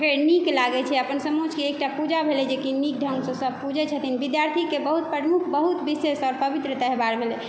फेर नीक लागै छै अपन समाजके एक टा पूजा भेलै जे कि नीक ढङ्ग से सब पूजै छथिन विद्यार्थीके बहुत प्रमुख बहुत विशेष आओर पवित्र त्यौहार भेलै